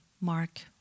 Mark